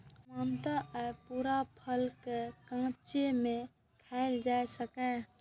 सामान्यतः अय पूरा फल कें कांचे मे खायल जा सकैए